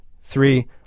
Three